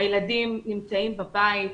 הילדים נמצאים בבית,